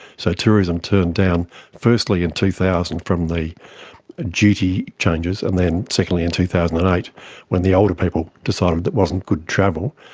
so tourism turned down firstly in two thousand from the duty changes, and then secondly in two thousand and eight when the older people decided it wasn't good travel.